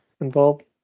involved